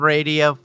Radio